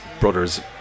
brothers